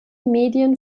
medien